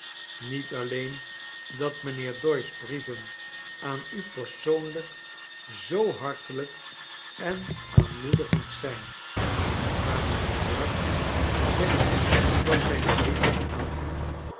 niet alleen dat mrjnheer do ces brieven aan u persoonlijk zoo hartelijk en aanmoedigend zijn maar mrjnheer eugg zegt dat zijn brieven aan hem